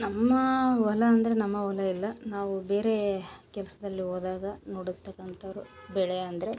ನಮ್ಮ ಹೊಲ ಅಂದರೆ ನಮ್ಮ ಹೊಲ ಇಲ್ಲ ನಾವು ಬೇರೆ ಕೆಲಸ್ದಲ್ಲಿ ಹೋದಾಗ ನೋಡಿರತಕ್ಕಂಥವರು ಬೆಳೆ ಅಂದರೆ